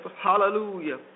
hallelujah